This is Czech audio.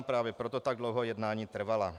Právě proto tak dlouho jednání trvala.